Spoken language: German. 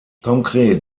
konkret